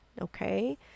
Okay